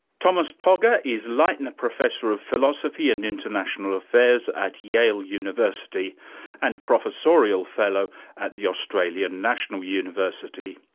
thomas pogge ah is leitner professor of philosophy and international affairs at yale university and professorial fellow at the australian national university.